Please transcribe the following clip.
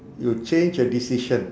you change a decision